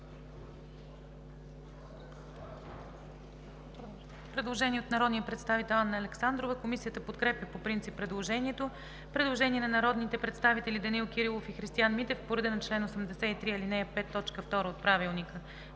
Предложение на народния представител Анна Александрова. Комисията подкрепя по принцип предложението. Предложение на народния представител Данаил Кирилов по реда на чл. 83, ал. 5, т. 2 от Правилника.